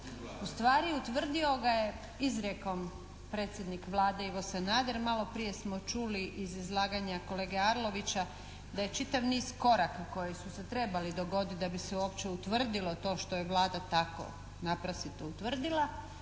ustvari utvrdio ga je izrijekom predsjednik Vlade Ivo Sanader. Maloprije smo čuli iz izlaganja kolege Arlovića da je čitav niz koraka koji su se trebali dogoditi da bi se uopće utvrdilo to što je Vlada tako naprasito utvrdila